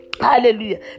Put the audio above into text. Hallelujah